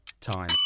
time